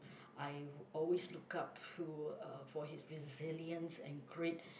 I always look up to uh for his resilience and grit